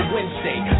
Wednesday